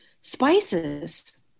spices